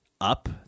up